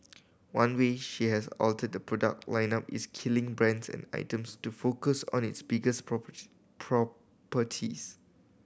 one way she has altered the product lineup is killing brands and items to focus on its biggest property properties